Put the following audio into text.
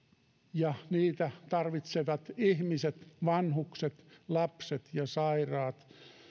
ja niitä tarvitsevat ihmiset vanhukset lapset ja sairaat